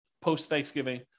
post-Thanksgiving